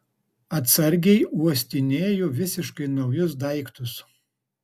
atsargiai uostinėju visiškai naujus daiktus